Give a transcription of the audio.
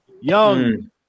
Young